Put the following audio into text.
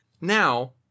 Now